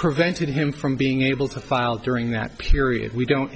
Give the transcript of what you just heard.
prevented him from being able to file during that period we don't